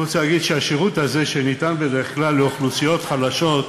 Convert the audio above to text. השירות הזה, שניתן בדרך כלל לאוכלוסיות חלשות,